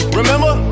remember